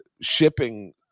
shipping